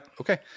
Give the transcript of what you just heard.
Okay